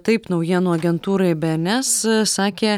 taip naujienų agentūrai bns sakė